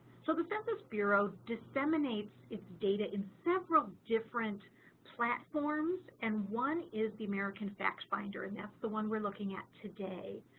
so the census bureau disseminates its data in several different platforms and one is the american factfinder and that's the one we're looking at today.